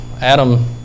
Adam